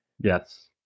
Yes